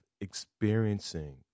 experiencing